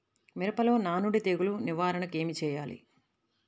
మిరపలో నానుడి తెగులు నివారణకు ఏమి చేయాలి?